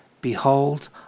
behold